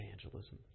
evangelism